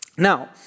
Now